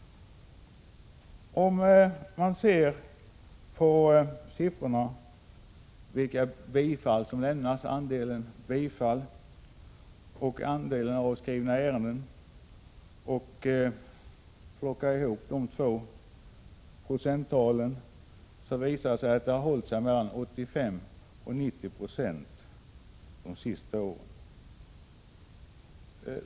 Om man ser på siffrorna för andelen bifall och andelen avskrivna ärenden och plockar ihop de två procenttalen, finner man att talet hållit sig mellan 85 och 90 26 de senaste åren.